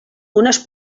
unes